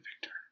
Victor